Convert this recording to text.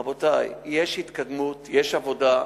רבותי, יש התקדמות, יש עבודה.